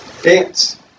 Dance